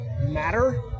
matter